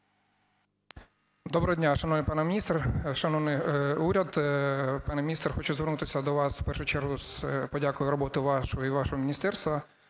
Доброго дня, шановний пане міністр, шановний уряд. Пане міністр, хочу звернутися до вас в першу чергу з подякою роботи вашої і вашого міністерства.